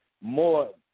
more